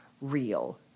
real